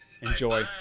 Enjoy